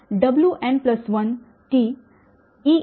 x x0x x1